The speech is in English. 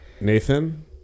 Nathan